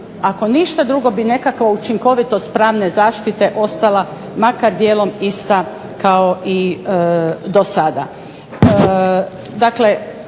ako ništa drugo bi nekakva učinkovitost pravne zaštite ostala makar dijelom ista kao i do sada.